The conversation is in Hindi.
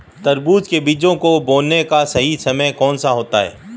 तरबूज के बीजों को बोने का सही समय कौनसा होता है?